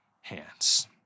hands